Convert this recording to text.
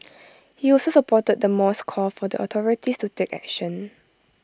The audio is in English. he also supported the mall's call for the authorities to take action